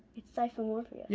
it's psyfomorphia. yeah,